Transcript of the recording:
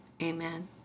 Amen